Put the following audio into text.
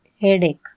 headache